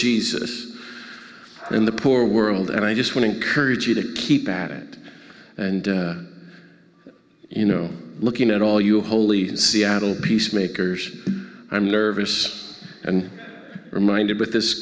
jesus in the poor world and i just want to encourage you to keep at it and you know looking at all you holy seattle peacemakers i'm nervous and reminded with this